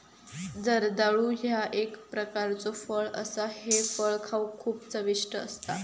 जर्दाळू ह्या एक प्रकारचो फळ असा हे फळ खाउक खूप चविष्ट असता